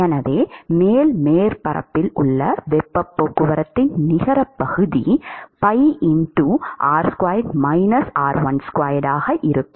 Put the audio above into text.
எனவே மேல் மேற்பரப்பில் உள்ள வெப்பப் போக்குவரத்தின் நிகரப் பகுதி pi ஆகும்